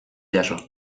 jaso